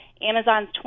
Amazon's